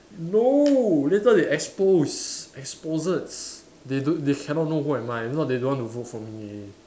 no that's why they expose exposed they don't they cannot know who am I if not they don't want to vote for me already